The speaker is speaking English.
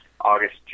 August